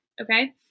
Okay